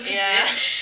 yeah